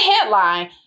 headline